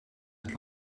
het